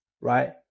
right